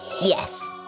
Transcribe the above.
Yes